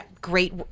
Great